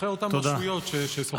אחרי הרשויות ששוחחת עליהן.